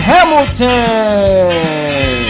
Hamilton